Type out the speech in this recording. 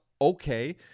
Okay